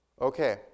Okay